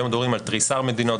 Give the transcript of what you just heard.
היום דברים על תריסר מדינות,